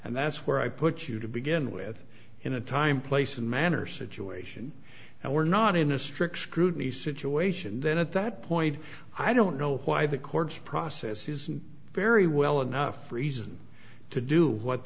and that's where i put you to begin with in a time place and manner situation and we're not in a strict scrutiny situation then at that point i don't know why the courts process isn't very well enough reason to do what